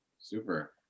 Super